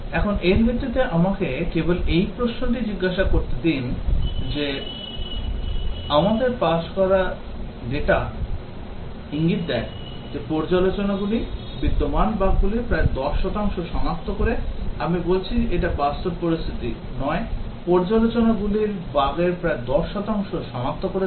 এখন এর ভিত্তিতে আমাকে কেবল এই প্রশ্নটি জিজ্ঞাসা করতে দিন যে আমাদের পাস করা data ইঙ্গিত দেয় যে পর্যালোচনাগুলি বিদ্যমান বাগগুলির প্রায় 10 শতাংশ সনাক্ত করে আমি বলছি এটি বাস্তব পরিস্থিতি নয় পর্যালোচনাগুলি বাগের প্রায় 10 শতাংশ সনাক্ত করেছে